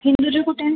हिंदुजा कुठे आहे